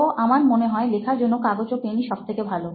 তো আমার মনে হয় লেখার জন্য কাগজ ও পেনই সবথেকে ভালো